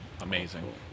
Amazing